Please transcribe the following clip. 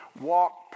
walk